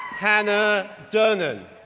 hannah durnan,